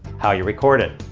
how you record it.